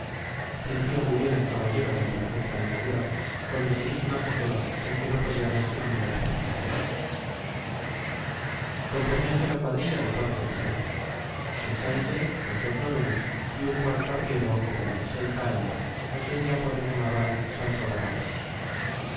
fingía muy bien el caballero la imperfecta andadura con ligerísima cojera en que no podía verse la menor afectación componíase la cuadrilla de cuatro sujetos echaide los dos noveles y un cuarto arriero como de sesenta años a quien de apodo llamaban santo barato